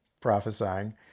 prophesying